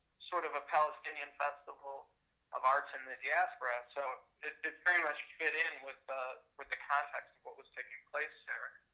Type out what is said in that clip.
sort of a palestinian festival of arts in the diaspora, so it's very much fit in with, with the context of what was taking place there.